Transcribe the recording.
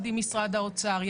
משרד האוצר,